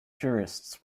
jurists